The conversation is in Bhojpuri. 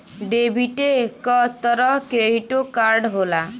डेबिटे क तरह क्रेडिटो कार्ड होला